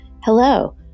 Hello